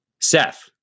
Seth